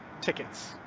tickets